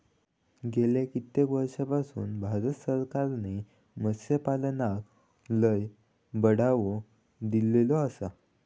गेल्या कित्येक वर्षापासना भारत सरकारने मत्स्यपालनाक लय बढावो दिलेलो आसा